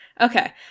Okay